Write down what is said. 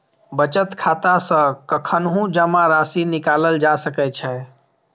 बचत खाता सं कखनहुं जमा राशि निकालल जा सकै छै